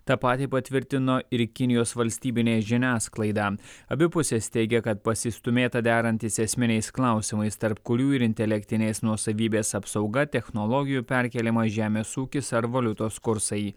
tą patį patvirtino ir kinijos valstybinė žiniasklaida abi pusės teigia kad pasistūmėta derantis esminiais klausimais tarp kurių ir intelektinės nuosavybės apsauga technologijų perkėlimas žemės ūkis ar valiutos kursai